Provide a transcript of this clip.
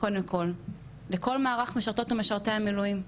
קודם כל לכל מערך משרתות ומשרתי המילואים,